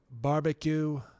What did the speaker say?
barbecue